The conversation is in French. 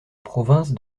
province